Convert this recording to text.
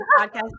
podcast